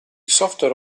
software